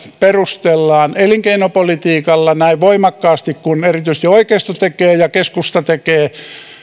perustellaan elinkeinopolitiikalla näin voimakkaasti kuin erityisesti oikeisto tekee ja keskusta tekee